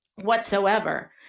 whatsoever